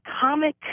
comic